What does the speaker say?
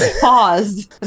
pause